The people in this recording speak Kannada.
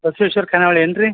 ಬಸ್ವೇಶ್ವರ ಖಾನಾವಳಿ ಏನು ರೀ